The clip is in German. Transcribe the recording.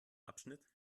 abschnitt